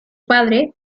padre